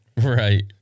Right